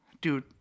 Dude